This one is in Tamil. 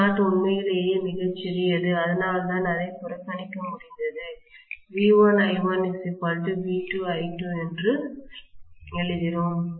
I0 உண்மையிலேயே மிகச் சிறியது அதனால்தான் அதை புறக்கணிக்க முடிந்தது V1I1 V2I2 என்று எழுதினோம்